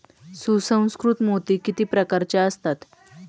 सुसंस्कृत मोती किती प्रकारचे असतात?